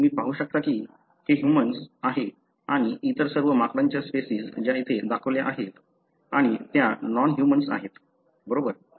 तुम्ही पाहू शकता की हे ह्यूमन्स आहे आणि इतर सर्व माकडांच्या स्पेसिस ज्या येथे दाखवल्या आहेत आणि त्या नॉन ह्यूमन आहेत बरोबर